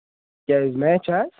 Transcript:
کیازِ میچ چھا حظ